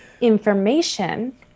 information